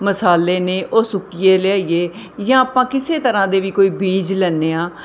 ਮਸਾਲੇ ਨੇ ਉਹ ਸੁੱਕੇ ਲਿਆਈਏ ਜਾਂ ਆਪਾਂ ਕਿਸੇ ਤਰ੍ਹਾਂ ਦੇ ਵੀ ਕੋਈ ਬੀਜ ਲੈਦੇ ਹਾਂ